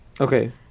Okay